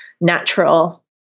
natural